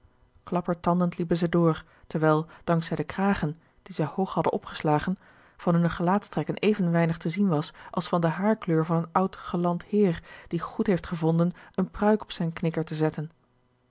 klappertandend liepen zij door terwijl dank zij den kragen die zij hoog hadden opgeslagen van hunne gelaatstrekken even weinig te zien was als van de haarkleur van een oud gelant heer die goed heeft gevonden eene pruik op zijn knikker te zetten